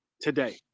today